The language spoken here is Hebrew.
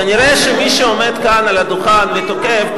כנראה שמי שעומד כאן על הדוכן ותוקף,